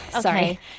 Sorry